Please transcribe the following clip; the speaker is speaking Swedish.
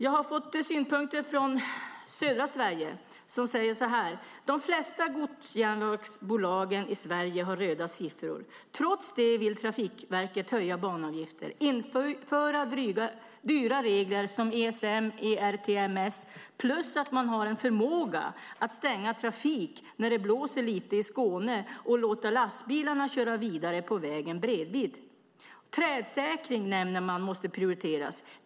Jag har fått synpunkter från södra Sverige, där man säger så här: De flesta godsjärnvägsbolag i Sverige har röda siffror. Trots det vill Trafikverket höja banavgifter, införa dyra regler, exempelvis ECM och ERTMS, och dessutom ha en förmåga att stänga trafik när det blåser lite i Skåne och låta lastbilarna köra vidare på vägen bredvid. Trädsäkring måste prioriteras, nämner man.